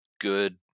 good